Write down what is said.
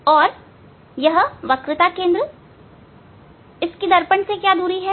और यह वक्रता केंद्र इसकी दर्पण से क्या दूरी है